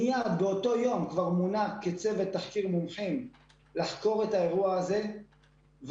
מי באותו יום כבר מונה כצוות תחקיר מומחים לחקור את האירוע הזה ורע"ן